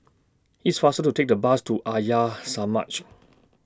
IT IS faster to Take The Bus to Arya Samaj